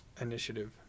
initiative